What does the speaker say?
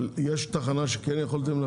יש תחנה שכן הייתם להפעיל?